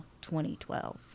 2012